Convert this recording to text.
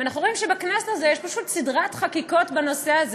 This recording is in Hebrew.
ואנחנו רואים שבכנסת הזאת יש פה פשוט סדרת חקיקות בנושא הזה,